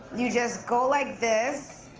you just go like this.